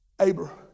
Abraham